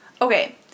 Okay